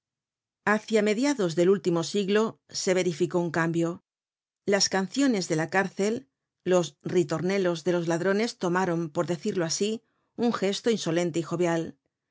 hacia mediados del último siglo se verificó un cambio las canciones de la cárcel los ritornelos de los ladrones tomaron por decirlo asi un gesto insolente y jovial